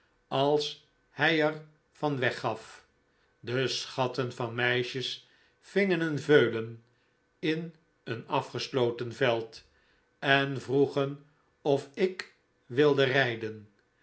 als hij er van weggaf de schatten van meisjes vingen een veulen in een afgesloten veld en vroegen of ik wilde rijden